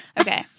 Okay